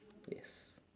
yes